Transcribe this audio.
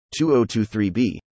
2023b